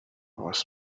was